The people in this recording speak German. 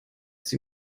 sie